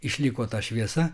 išliko ta šviesa